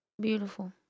Beautiful